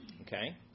Okay